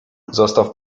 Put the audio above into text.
zostaw